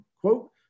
quote